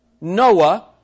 Noah